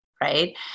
Right